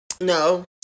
No